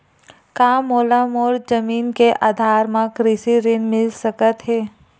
का मोला मोर जमीन के आधार म कृषि ऋण मिल सकत हे?